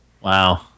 Wow